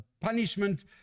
punishment